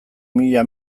mila